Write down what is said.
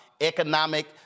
economic